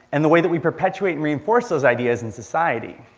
and the way that we perpetuate and reinforce those ideas in society.